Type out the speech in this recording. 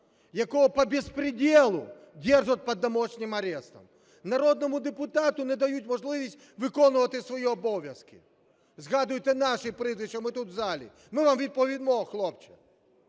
якого по беспределу держат под домашним арестом. Народному депутату не дають можливість виконувати свої обов'язки. Згадуйте наші прізвища, ми тут в залі, ми вам відповімо, хлопче.